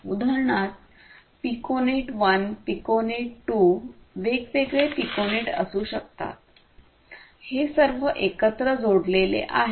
उदाहरणार्थ piconet 1 piconet 2 वेगवेगळे piconet असू शकतात हे सर्व एकत्र जोडलेले आहेत